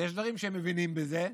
יש דברים שהם מבינים בהם,